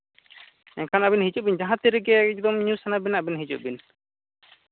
ᱮᱱᱠᱷᱟᱱ ᱟᱹᱵᱤᱱ ᱦᱤᱡᱩᱜ ᱵᱤᱱ ᱡᱟᱦᱟᱸ ᱛᱤᱥ ᱜᱮ ᱮᱠᱫᱚᱢ ᱧᱩ ᱥᱟᱱᱟ ᱵᱤᱱᱟ ᱟᱹᱵᱤᱱ ᱦᱤᱡᱩᱜ ᱵᱤᱱ